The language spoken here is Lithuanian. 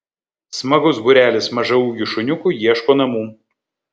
smagus būrelis mažaūgių šuniukų ieško namų